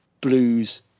blues